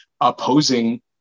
opposing